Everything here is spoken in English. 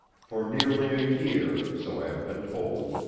for nearly a year, so i have been told,